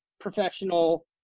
professional